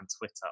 Twitter